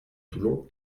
toulon